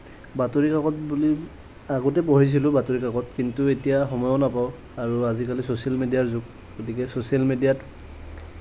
বাতৰি কাকত বুলি আগতে পঢ়িছিলোঁ বাতৰি কাকত কিন্তু এতিয়া সময়ো নাপাওঁ আৰু আজিকালি চ'ছিয়েল মিডিয়াৰ যুগ গতিকে চ'ছিয়েল মিডিয়াত